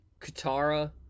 Katara